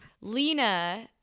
Lena